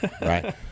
Right